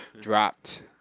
dropped